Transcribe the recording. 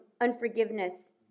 unforgiveness